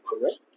correct